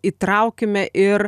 įtraukime ir